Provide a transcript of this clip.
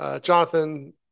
Jonathan